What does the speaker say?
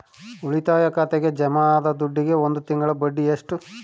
ಉಳಿತಾಯ ಖಾತೆಗೆ ಜಮಾ ಆದ ದುಡ್ಡಿಗೆ ಒಂದು ತಿಂಗಳ ಬಡ್ಡಿ ಎಷ್ಟು?